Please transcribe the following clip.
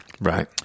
Right